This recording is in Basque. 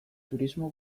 turismo